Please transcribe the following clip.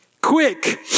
Quick